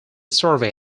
survey